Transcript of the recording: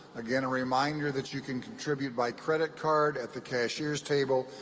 again a reminder that you can contribute by credit card at the cashier's table,